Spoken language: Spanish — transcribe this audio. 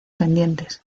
pendientes